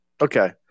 Okay